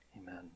Amen